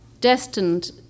destined